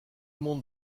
monde